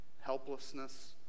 helplessness